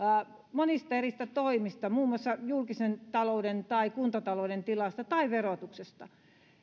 monista erilaisista toimista muun muassa julkisen talouden ja kuntatalouden tilasta ja verotuksesta